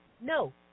No